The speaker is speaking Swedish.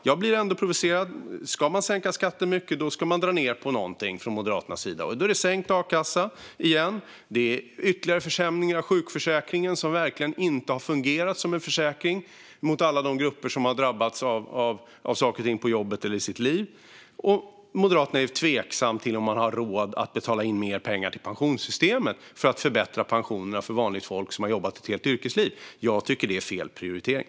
Jag blir provocerad av att man från Moderaternas sida menar att om man ska sänka skatten mycket ska man också dra ned på något, och då är det sänkt a-kassa igen och ytterligare försämringar av sjukförsäkringen, som verkligen inte har fungerat som en försäkring för alla dem som har drabbats av saker och ting på jobbet eller i sitt liv. Moderaterna är också tveksamma till om man har råd att betala in mer pengar till pensionssystemet för att förbättra pensionerna för vanligt folk som har jobbat ett helt yrkesliv. Jag tycker att det är fel prioriterat.